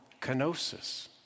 kenosis